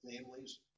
families